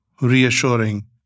reassuring